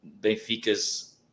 Benfica's